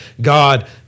God